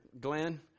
Glenn